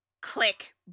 click